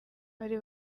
bari